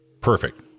Perfect